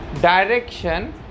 Direction